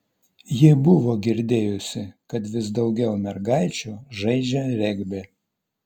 ji buvo girdėjusi kad vis daugiau mergaičių žaidžią regbį